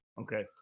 Okay